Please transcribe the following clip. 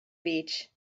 beach